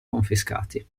confiscati